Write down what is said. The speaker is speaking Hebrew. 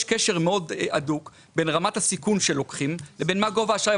יש קשר מאוד הדוק בין רמת הסיכון שלוקחים לבין מה גובה האשראי.